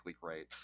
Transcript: great